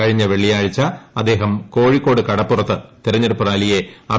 കഴിഞ്ഞ വെള്ളിയാഴ്ച അദ്ദേഹം കോഴിക്കോട് കടപ്പുറത്ത് തെരഞ്ഞെടുപ്പ് റാലിയെ ചെയ്തിരുന്നു